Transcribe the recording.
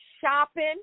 shopping